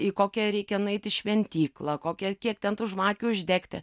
į kokią reikia nueiti į šventyklą kokią kiek ten tų žvakių uždegti